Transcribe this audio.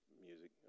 music